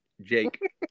Jake